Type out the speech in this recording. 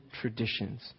traditions